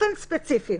באופן ספציפי.